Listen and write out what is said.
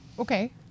Okay